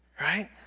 right